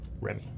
Remy